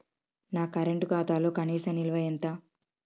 నా కరెంట్ ఖాతాలో కనీస నిల్వ ఎంత?